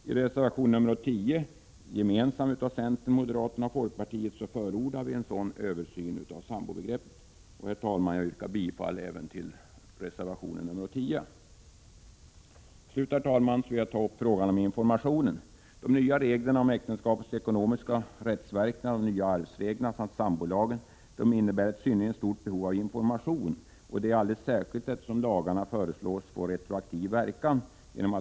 I reservation nr 10, gemensam för centern, moderaterna och folkpartiet, förordar vi en sådan översyn av sambobegreppet. Jag yrkar, herr talman, bifall även till reservation nr 10. Till slut, herr talman, vill jag ta upp frågan om information. I och med att de nya reglerna om äktenskapets ekonomiska rättsverkningar, de nya arvslagarna och sambolagen införs föreligger ett synnerligen stort behov av information, och detta alldeles särskilt eftersom de nya lagarna föreslås få retroaktiv verkan.